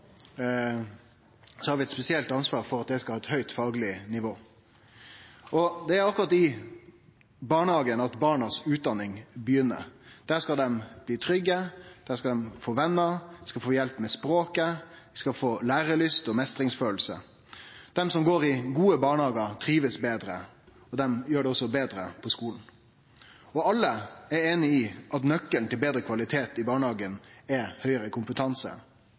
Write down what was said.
har vi eit spesielt ansvar for at dei har eit høgt fagleg nivå. Det er i barnehagane at barnas utdanning begynner. Der skal dei bli trygge, der skal dei få venner. Dei skal få hjelp med språket, og dei skal få lærelyst og meistringskjensle. Dei som går i gode barnehagar, trivst betre, og dei gjer det også betre på skolen. Alle er einige i at nøkkelen til betre kvalitet i barnehagen, er høgare kompetanse.